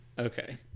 okay